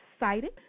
excited